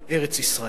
ארץ-ישראל.